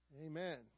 Amen